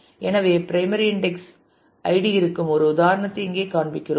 எனவே primary index ID இருக்கும் ஒரு உதாரணத்தை இங்கே காண்பிக்கிறோம்